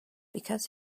because